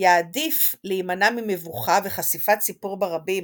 יעדיף להימנע ממבוכה וחשיפת סיפור ברבים